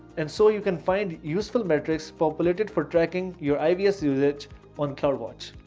and so you can find useful metrics populated for tracking your ivs usage on cloudwatch.